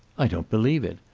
i don't believe it.